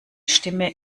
stimme